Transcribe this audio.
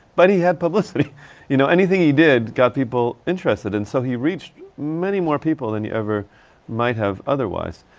but he had publicity you know. anything he did got people interested. and so he reached many more people than he ever might have otherwise.